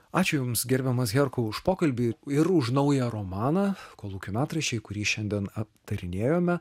ačiū jums gerbiamas herkau už pokalbį ir už naują romaną kolūkio metraščiai kurį šiandien aptarinėjome